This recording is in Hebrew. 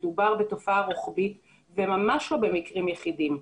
מדובר בתופעה רוחבית וממש לא במקרים יחידים.